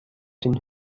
den